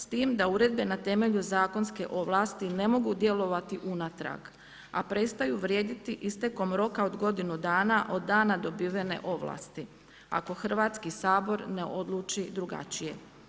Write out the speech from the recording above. S time da uredbe na temelju zakonske ovlasti ne mogu djelovati unatrag a prestaju vrijediti istekom roka od godinu dana od dana dobivene ovlasti ako Hrvatski sabor ne odluči drugačije.